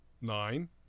Nine